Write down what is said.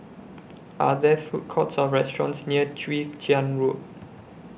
Are There Food Courts Or restaurants near Chwee Chian Road